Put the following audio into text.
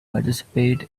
participate